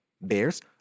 bears